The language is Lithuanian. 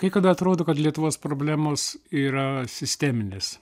kai kada atrodo kad lietuvos problemos yra sisteminės